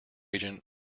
agent